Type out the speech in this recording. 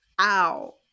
Ow